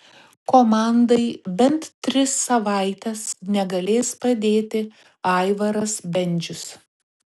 komandai bent tris savaites negalės padėti aivaras bendžius